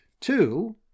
Two